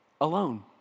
alone